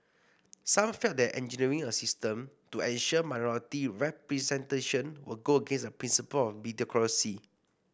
some felt that engineering a system to ensure minority representation would go against the principle of meritocracy